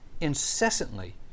incessantly